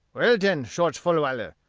well, den, shorge fulwiler,